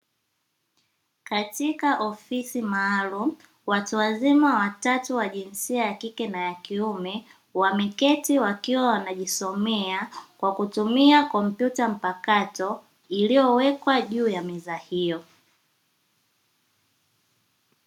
Katika ofisi maalumu watu wazima watatu wa jinsia ya kike na ya kiume wameketi wakiwa wanajisomea kwa kutumia kompyuta mpakato iliowekwa juu ya meza hio.